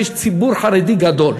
ויש ציבור חרדי גדול